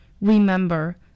Remember